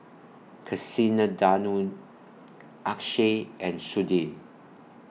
Kasinadhuni Akshay and Sudhir